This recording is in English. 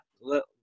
let